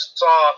saw